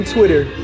Twitter